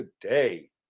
today